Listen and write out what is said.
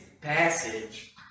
passage